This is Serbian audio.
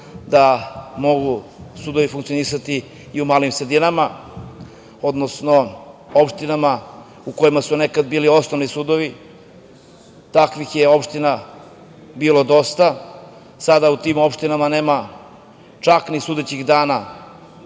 da mogu sudovi funkcionisati i u malim sredinama, odnosno opštinama u kojima su nekada bili osnovni sudovi. Takvih je opština bilo dosta, sada u tim opštinama nema čak ni sudećih